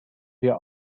wir